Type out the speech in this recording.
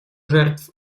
жертв